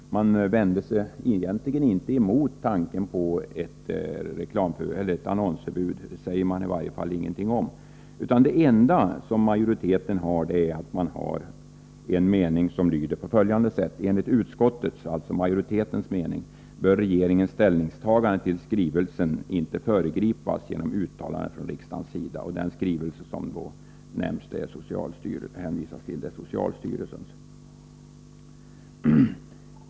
Man vände sig i själva verket inte mot tanken på ett annonsförbud — det sades i varje fall ingenting om det. Det enda som majoriteten hade att anföra var följande: ”Enligt utskottets mening” — det gäller alltså utskottsmajoriteten — ”bör regeringens ställningstagande till skrivelsen inte föregripas genom uttalanden från riksdagens sida.” Den skrivelse som åsyftas är skrivelsen från socialstyrelsen.